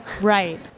Right